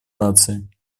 наций